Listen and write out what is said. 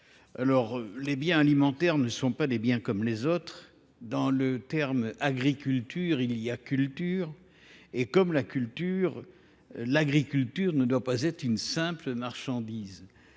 Les biens alimentaires ne sont pas des biens comme les autres. Dans le terme « agriculture », il y a « culture », et, comme la culture, l’agriculture ne doit pas être une simple marchandise